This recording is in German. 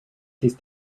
ist